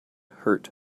hurt